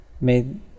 made